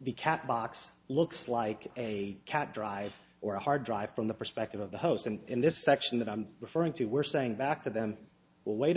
the cat box looks like a cat drive or a hard drive from the perspective of the host and in this section that i'm referring to we're saying back to them well wait a